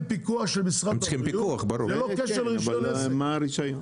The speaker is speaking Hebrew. פיקוח של משרד הבריאות ללא קשר לרישיון עסק.